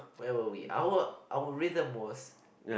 where were we our our rhythm was